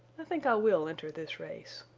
i think i will enter this race.